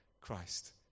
Christ